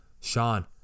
Sean